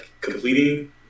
completing